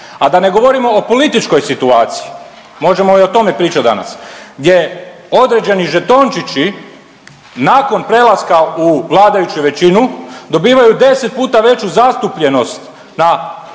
a da ne govorimo o političkoj situaciji, možemo i o tome pričat danas gdje određeni žetončići nakon prelaska u vladajuću većinu dobivaju 10 puta veću zastupljenost na